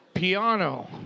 Piano